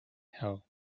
hell